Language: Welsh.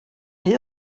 rhy